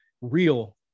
real